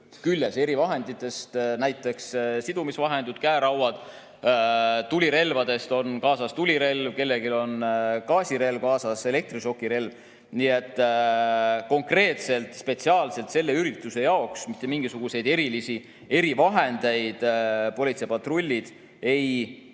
küljes, erivahenditest näiteks sidumisvahendid, käerauad, tulirelvadest on kaasas tulirelv, kellelgi on kaasas gaasirelv või elektrišokirelv. Nii et konkreetselt, spetsiaalselt selle ürituse jaoks mitte mingisuguseid erilisi erivahendeid politseipatrullid ei